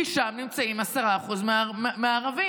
כי שם נמצאים 10% מהערבים.